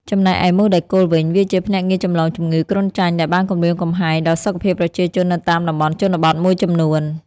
ចំណែកឯមូសដែកគោលវិញ វាជាភ្នាក់ងារចម្លងជំងឺគ្រុនចាញ់ដែលបានគំរាមកំហែងដល់សុខភាពប្រជាជននៅតាមតំបន់ជនបទមួយចំនួន។